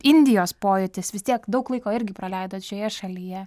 indijos pojūtis vis tiek daug laiko irgi praleidot šioje šalyje